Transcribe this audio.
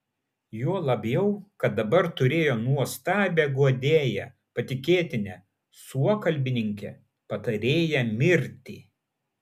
juo labiau kad dabar turėjo nuostabią guodėją patikėtinę suokalbininkę patarėją mirtį